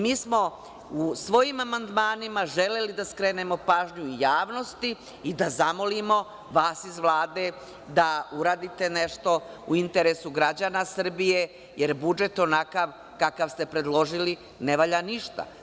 Mi smo u svojim amandmanima želeli da skrenemo pažnju javnosti i da zamolimo vas iz Vlade da uradite nešto u interesu građana Srbije, jer budžet onakav kakav ste predložili, ne valja ništa.